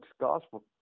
gospel